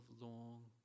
long